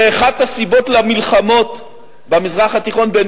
ואחת הסיבות למלחמות במזרח התיכון בין